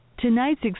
Tonight's